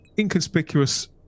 inconspicuous